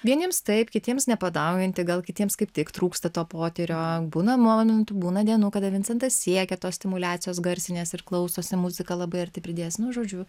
vieniems taip kitiems nepadauginti gal kitiems kaip tik trūksta to potyrio būna momentų būna dienų kada vincentas siekia tos stimuliacijos garsinės ir klausosi muziką labai arti pridėjęs nu žodžiu